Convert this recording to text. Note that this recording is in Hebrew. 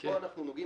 פה אנחנו נוגעים